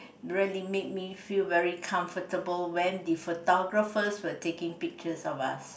really made me feel very comfortable when the photographers were taking pictures of us